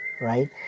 right